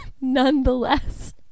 nonetheless